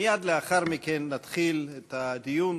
מייד לאחר מכן נתחיל את הדיון,